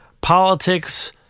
politics